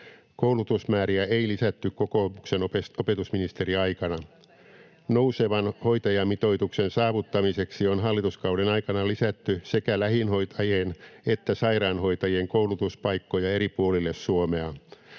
välihuuto — Sanni Grahn-Laasosen välihuuto] Nousevan hoitajamitoituksen saavuttamiseksi on hallituskauden aikana lisätty sekä lähihoitajien että sairaanhoitajien koulutuspaikkoja eri puolille Suomea.